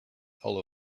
all